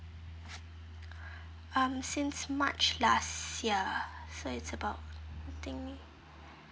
um since march last year so it's about I think